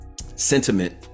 sentiment